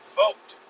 vote